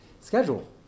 schedule